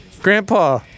Grandpa